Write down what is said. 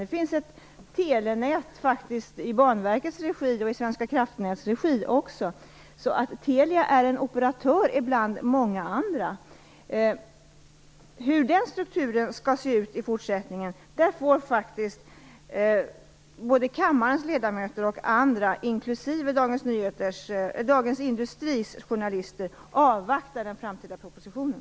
Det finns faktiskt ett telenät i Banverkets regi, och också i Svenska Kraftnäts regi. Telia är en operatör bland många andra. Vad gäller hur strukturen skall se ut i fortsättningen får både kammarens ledamöter och andra, inklusive Dagens Industris journalister, avvakta den framtida propositionen.